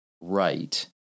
right